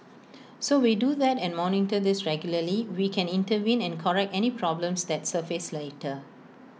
so we do that and monitor this regularly we can intervene and correct any problems that surface later